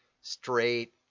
straight